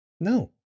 No